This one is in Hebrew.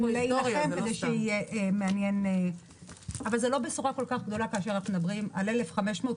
אבל זה לא בשורה כל כך גדולה כאשר מדובר על 1,500,